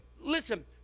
Listen